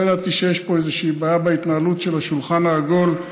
לא ידעתי שיש פה איזושהי בעיה בהתנהלות של השולחן העגול.